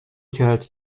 کرد